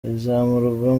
izamurwa